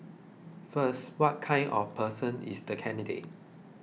first what kind of person is the candidate